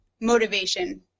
motivation